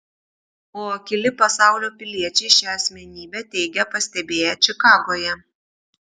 o akyli pasaulio piliečiai šią asmenybę teigia pastebėję čikagoje